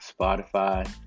Spotify